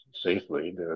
safely